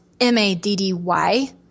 M-A-D-D-Y